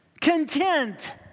content